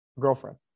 Girlfriend